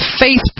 faith